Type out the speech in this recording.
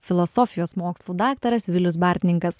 filosofijos mokslų daktaras vilius bartninkas